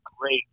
great